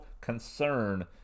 concern